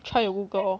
try to google lor